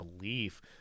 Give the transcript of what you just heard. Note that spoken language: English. belief –